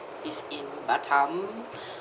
is in batam